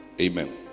Amen